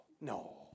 No